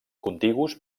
contigus